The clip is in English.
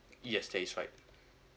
yes that is right